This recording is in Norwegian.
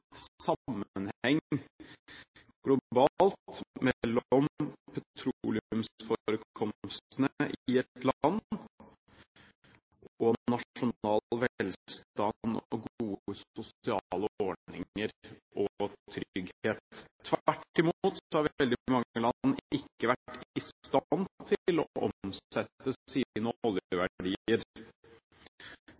i et land og nasjonal velstand, gode sosiale ordninger og trygghet. Tvert imot har veldig mange land ikke vært i stand til å omsette